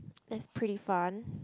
that's pretty fun